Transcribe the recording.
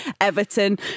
Everton